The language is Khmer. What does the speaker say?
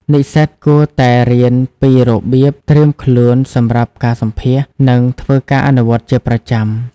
និស្សិតគួរតែរៀនពីរបៀបត្រៀមខ្លួនសម្រាប់ការសម្ភាសន៍ និងធ្វើការអនុវត្តន៍ជាប្រចាំ។